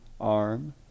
arm